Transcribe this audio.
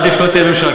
עדיף שלא תהיה ממשלה.